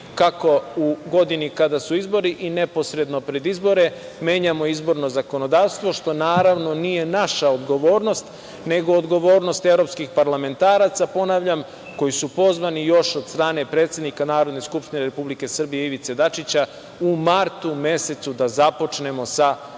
kako u godini kada su izbori i neposredno pred izbore menjamo izborno zakonodavstvo, što nije naša odgovornost, nego odgovornost evropskih parlamentaraca, ponavljam, koji su pozvani još od strane predsednika Narodne skupštine Republike Srbije Ivice Dačića u martu mesecu da započnemo sa